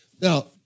Now